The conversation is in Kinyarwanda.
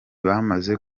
bamaze